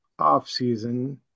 offseason